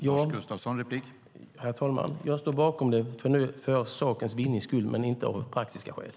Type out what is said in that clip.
Herr talman! Jag står bakom det för sakens skull, men inte av praktiska skäl.